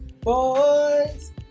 boys